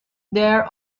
there